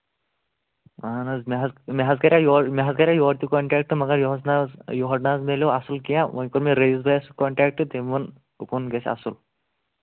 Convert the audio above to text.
اَہن حظ مےٚ حظ مےٚ حظ کریٛاو یورٕ تہِ یورٕ تہِ کانٹیکٹ مَگر یِہُس نہ حظ یورٕ نہ حظ مِلیو اَصٕل کیٚنہہ وۄنۍ کوٚر مےٚ رییٖس بَیَس سۭتۍ کانٹیکٹ تٔمۍ ووٚن دوٚپُن یہِ گژھِ اَصٕل